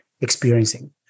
experiencing